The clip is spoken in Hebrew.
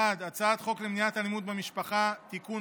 1. הצעת חוק למניעת אלימות במשפחה (תיקון,